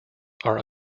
are